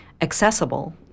accessible